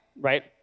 Right